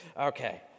okay